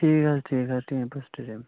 ٹھیٖک حظ ٹھیٖک حظ ٹیٖنٛگ پوٗرۍ سِٹیڈِیم